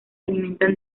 alimentan